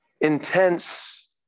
intense